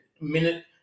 minute